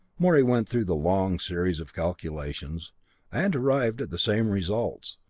morey went through the long series of calculations and arrived at the same results.